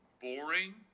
boring